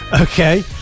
Okay